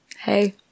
Hey